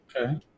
Okay